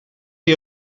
chi